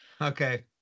Okay